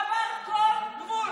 עברת כל גבול.